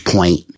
Point